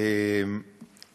ההנדסה